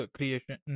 Creation